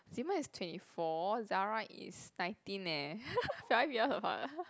Zemen is twenty four Zara is nineteen leh five years apart